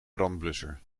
brandblusser